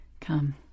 Come